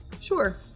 sure